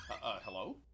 hello